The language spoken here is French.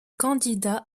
candidats